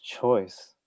choice